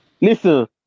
Listen